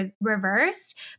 reversed